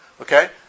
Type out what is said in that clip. Okay